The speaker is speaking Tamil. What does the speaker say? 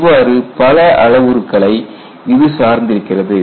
இவ்வாறு பல அளவுருக்களை இது சார்ந்திருக்கிறது